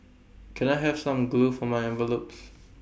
can I have some glue for my envelopes